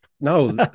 No